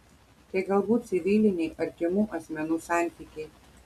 tai galbūt civiliniai artimų asmenų santykiai